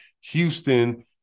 Houston